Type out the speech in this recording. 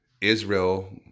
Israel